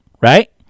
right